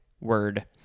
word